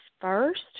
first